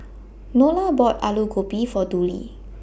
Nolia bought Aloo Gobi For Dudley